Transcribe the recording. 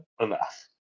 enough